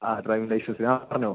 ആ driving licence ആ പറഞ്ഞോ